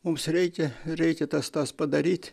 mums reikia reikia tas tas padaryt